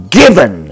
given